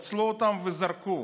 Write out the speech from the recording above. ניצלו אותם וזרקו.